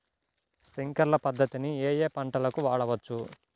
Sprinkler పద్ధతిని ఏ ఏ పంటలకు వాడవచ్చు?